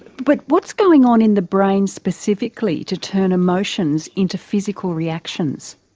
but what's going on in the brain specifically to turn emotions into physical reactions?